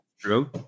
true